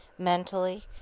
mentally,